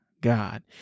God